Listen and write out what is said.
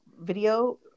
video